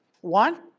One